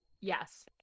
Yes